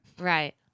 Right